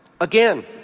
again